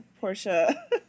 Portia